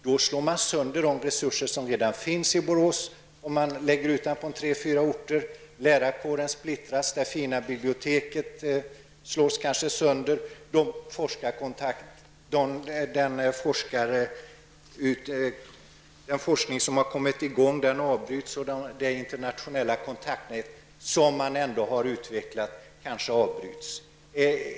Om man lägger ut utbildningen på tre fyra orter slår man sönder de resurser som redan finns i Borås, lärarkåren splittras, det fina biblioteket slås kanske sönder, den forskning som har kommit i gång avbryts och de internationella kontakter som man har utvecklat kanske avbryts.